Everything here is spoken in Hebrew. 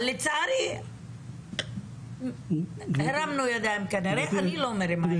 לצערי כנראה הרמנו ידיים, אני לא מרימה ידיים.